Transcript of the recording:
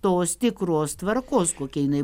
tos tikros tvarkos kokia jinai